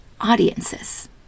audiences